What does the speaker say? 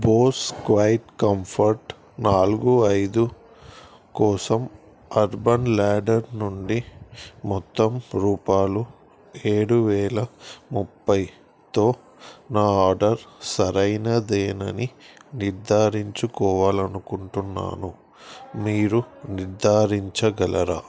Bose quiet comfort నాలుగు ఐదు కోసం అర్బన్ ల్యాడర్ నుండి మొత్తం రూపాయలు ఏడు వేల ముప్పైతో నా ఆర్డర్ సరైనదేనని నిర్ధారించుకోవాలి అనుకుంటున్నాను మీరు నిర్ధారించగలరా